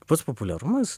pats populiarumas